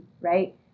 right